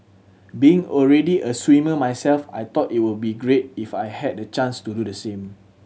being already a swimmer myself I thought it will be great if I had the chance to do the same